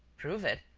prove it,